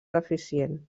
deficient